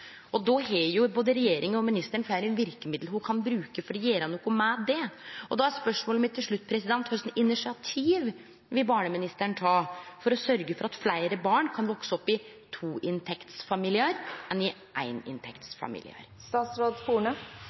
Då har både regjeringa og ministeren fleire verkemiddel dei kan bruke for å gjere noko med det. Og då er spørsmålet mitt til slutt: Kva for eit initiativ vil barneministeren ta for å sørgje for at fleire barn kan vekse opp i familiar med to inntekter enn i